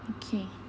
okay